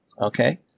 Okay